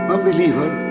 Unbeliever